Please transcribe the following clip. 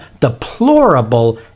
deplorable